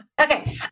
Okay